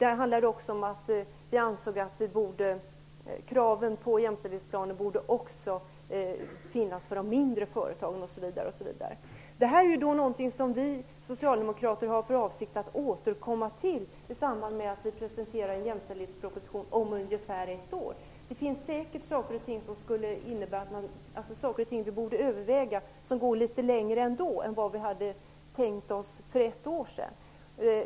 Vi ansåg också att kraven på jämställdhetsplan borde även gälla de mindre företagen. Det här är någonting som vi socialdemokrater har för avsikt att återkomma till i samband med att en jämställdhetsproposition presenteras om ungefär ett år. Det finns säkert saker och ting som borde övervägas och som går litet längre än vad vi hade tänkt oss för ett år sedan.